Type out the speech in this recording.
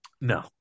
No